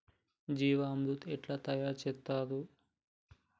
జీవామృతం ఎట్లా తయారు చేత్తరు?